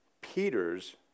Peter's